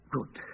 Good